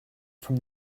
from